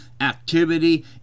activity